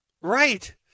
Right